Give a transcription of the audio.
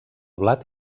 blat